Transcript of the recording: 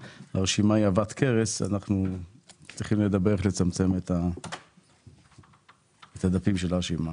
הרשימה היא עבת כרס ואנחנו צריכים לדבר איך אפשר לצמצם את דפי הרשימה